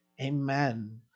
Amen